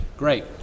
Great